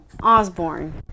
Osborne